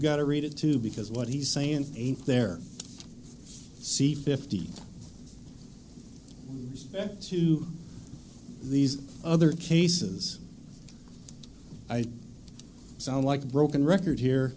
got to read it too because what he's saying ain't there see fifty to these other cases i sound like a broken record here